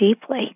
deeply